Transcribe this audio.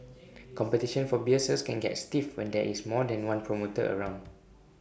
competition for beer sales can get stiff when there is more than one promoter around